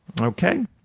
Okay